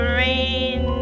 rain